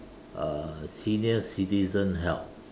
uh senior citizen help